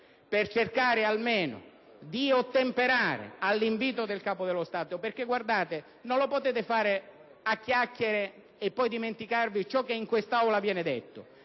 per cercare almeno di ottemperare all'invito del Capo dello Stato. Non lo potete fare a chiacchiere e poi dimenticare ciò che in quest'Aula viene detto: